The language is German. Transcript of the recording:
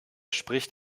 spricht